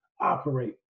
operate